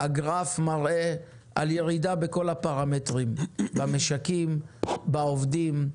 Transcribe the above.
הגרף מראה על ירידה בכל הפרמטרים, משקים, עובדים,